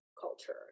culture